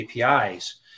APIs